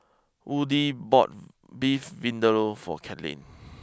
Woody bought Beef Vindaloo for Carlyn